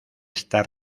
esta